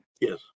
Yes